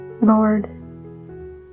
Lord